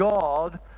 God